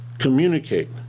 communicate